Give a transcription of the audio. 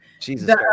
Jesus